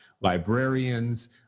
librarians